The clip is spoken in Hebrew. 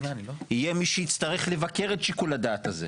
יהיה מי שיצטרך לבקר את שיקול הדעת הזה,